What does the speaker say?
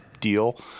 deal